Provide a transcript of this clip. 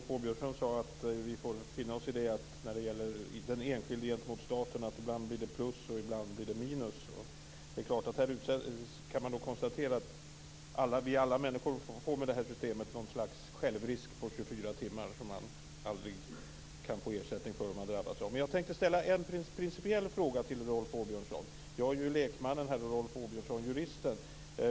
Fru talman! Rolf Åbjörnsson sade att när det gäller den enskilde mot staten får vi finna oss i att det ibland blir plus och ibland minus. Man kan nog konstatera att alla människor får med det här systemet något slags självrisk på 24 timmar som man aldrig kan få ersättning för om man drabbas. Jag tänkte ställa en principiell fråga till Rolf Åbjörnsson. Jag är ju lekmannen och Rolf Åbjörnsson juristen.